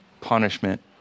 punishment